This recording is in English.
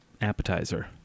appetizer